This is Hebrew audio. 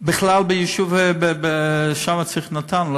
בכלל ביישוב שם צריך נט"ן.